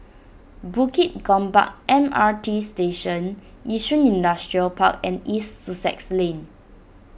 Bukit Gombak M R T Station Yishun Industrial Park and East Sussex Lane